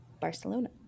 Barcelona